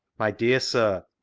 mv dear sir,